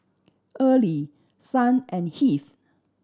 early Son and Heath